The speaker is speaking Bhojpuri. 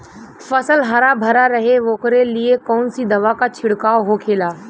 फसल हरा भरा रहे वोकरे लिए कौन सी दवा का छिड़काव होखेला?